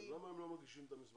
אז למה הם לא מגישים את המסמכים?